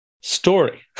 story